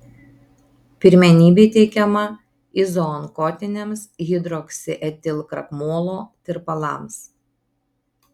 pirmenybė teikiama izoonkotiniams hidroksietilkrakmolo tirpalams